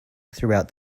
throughout